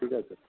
ঠিক আছে